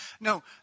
No